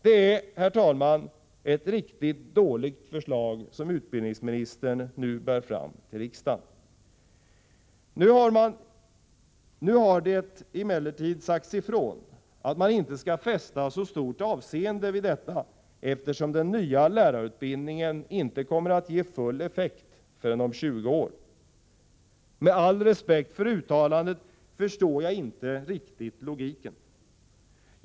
Det är, herr talman, ett riktigt dåligt förslag som utbildningsministern bär fram till riksdagen. Nu har det emellertid sagts att man inte skall fästa så stort avseende vid detta, eftersom den nya lärarutbildningen inte kommer att ge full effekt förrän om 20 år. Med all respekt för uttalandet förstår jag inte logiken.